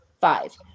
five